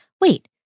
wait